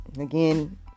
again